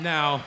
Now